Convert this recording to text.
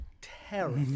terrible